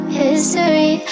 history